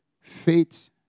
Faith